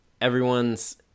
everyone's